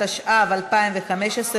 התשע"ו 2015,